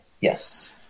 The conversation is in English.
Yes